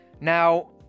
now